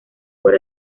por